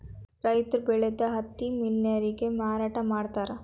ರೈತರ ಬೆಳದ ಹತ್ತಿ ಮಿಲ್ ನ್ಯಾರಗೆ ಮಾರಾಟಾ ಮಾಡ್ತಾರ